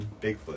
Bigfoot